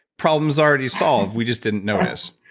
problem's already solved. we just didn't notice.